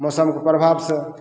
मौसमके प्रभावसँ